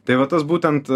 tai va tas būtent